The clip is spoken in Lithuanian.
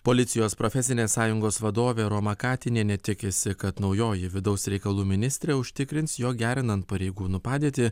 policijos profesinės sąjungos vadovė roma katinienė tikisi kad naujoji vidaus reikalų ministrė užtikrins jog gerinant pareigūnų padėtį